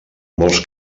molts